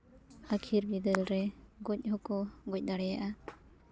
ᱟᱹᱠᱷᱤᱨ ᱵᱤᱫᱟᱹᱞ ᱨᱮ ᱜᱚᱡᱽ ᱦᱚᱸᱠᱚ ᱜᱚᱡᱽ ᱫᱟᱲᱮᱭᱟᱜᱼᱟ